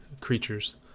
creatures